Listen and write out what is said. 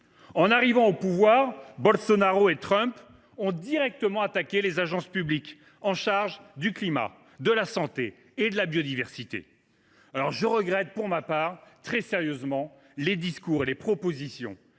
En arrivant au pouvoir, Bolsonaro et Trump ont directement attaqué les agences publiques chargées de la protection du climat, de la santé et de la biodiversité. Je regrette pour ma part très sérieusement les discours et les propositions